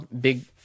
big